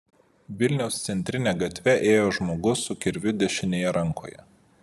vilniaus centrine gatve ėjo žmogus su kirviu dešinėje rankoje